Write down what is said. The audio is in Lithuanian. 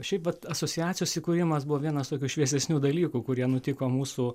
šiaip vat asociacijos įkūrimas buvo vienas tokių šviesesnių dalykų kurie nutiko mūsų